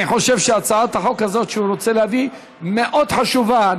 אני חושב שהצעת החוק הזאת שהוא רוצה להביא מאוד חשובה.